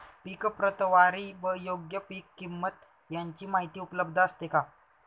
पीक प्रतवारी व योग्य पीक किंमत यांची माहिती उपलब्ध असते का?